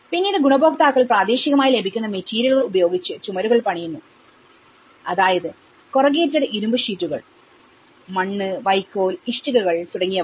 പിന്നീട് ഗുണഭോക്താക്കൾ പ്രാദേശികമായി ലഭിക്കുന്ന മെറ്റീരിയലുകൾ ഉപയോഗിച്ച് ചുമരുകൾ പണിയുന്നു അതായത് കൊറഗേറ്റഡ് ഇരുമ്പ് ഷീറ്റുകൾമണ്ണ് വൈക്കോൽ ഇഷ്ടികകൾ തുടങ്ങിയവ